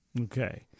Okay